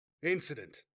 Incident